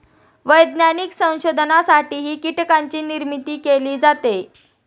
वैज्ञानिक संशोधनासाठीही कीटकांची निर्मिती केली जाते